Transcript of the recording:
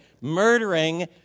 murdering